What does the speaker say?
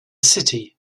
city